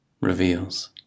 reveals